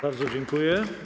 Bardzo dziękuję.